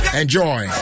Enjoy